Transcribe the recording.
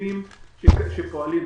החשובים שפועלים,